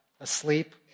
asleep